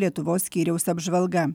lietuvos skyriaus apžvalga